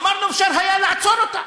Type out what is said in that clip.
אמרנו שאפשר היה לעצור אותה.